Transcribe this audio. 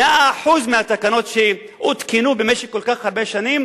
100% התקנות שהותקנו במשך כל כך הרבה שנים